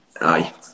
aye